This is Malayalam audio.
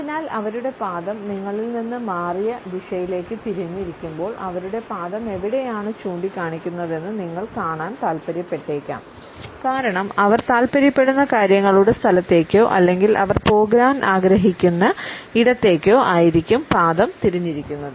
അതിനാൽ അവരുടെ പാദം നിങ്ങളിൽ നിന്നും മാറിയ ദിശയിലേക്ക് തിരിഞ്ഞ് ഇരിക്കുമ്പോൾ അവരുടെ പാദം എവിടെയാണ് ചൂണ്ടിക്കാണിക്കുന്നതെന്ന് നിങ്ങൾ കാണാൻ താൽപ്പര്യപ്പെട്ടേക്കാം കാരണം അവർ താൽപ്പര്യപ്പെടുന്ന കാര്യങ്ങളുടെ സ്ഥലത്തേക്കോ അല്ലെങ്കിൽ അവർ പോകാൻ ആഗ്രഹിക്കുന്ന ഇടത്തേക്കോ ആയിരിക്കും പാദം തിരിഞ്ഞിരിക്കുന്നത്